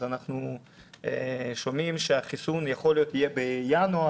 אנחנו שומעים שיכול להיות שהחיסון יהיה בינואר,